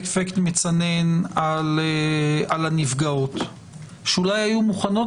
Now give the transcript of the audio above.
אפקט מצנן על הנפגעות שאולי היו מוכנות